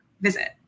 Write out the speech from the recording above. visit